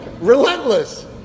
relentless